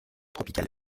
tropicale